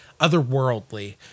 otherworldly